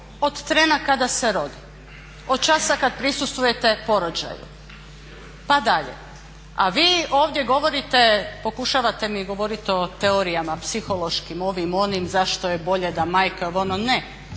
od trena kada se rodi, od časa kad prisustvujete porođaju pa dalje. A vi ovdje govorite, pokušavate mi govoriti o teorijama psihološkim, ovim, onim, zašto je bolje da majka, ovo, ono.